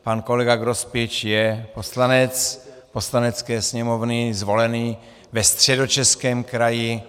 Pan kolega Grospič je poslanec Poslanecké sněmovny zvolený ve Středočeském kraji.